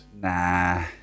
Nah